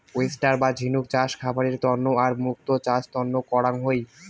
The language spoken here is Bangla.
ওয়েস্টার বা ঝিনুক চাষ খাবারের তন্ন আর মুক্তো চাষ তন্ন করাং হই